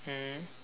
mm